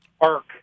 arc